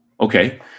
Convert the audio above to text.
okay